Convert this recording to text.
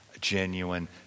genuine